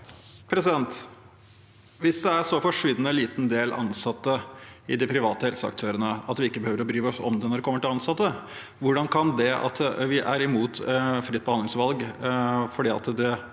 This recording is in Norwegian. Hvis det er en så for- svinnende liten del ansatte hos de private helseaktørene at vi ikke trenger å bry oss om det når det gjelder ansatte, hvordan kan det at vi er imot fritt behandlingsvalg for å styrke den